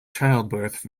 childbirth